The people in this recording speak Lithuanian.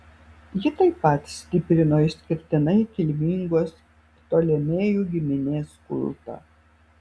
ji taip pat stiprino išskirtinai kilmingos ptolemėjų giminės kultą